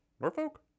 Norfolk